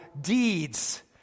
deeds